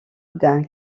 d’un